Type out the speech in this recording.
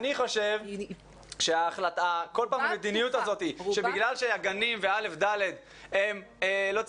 אני חושב שהמדיניות הזאת שמאפשרת לגנים ולכיתות א' עד ד' ללמד,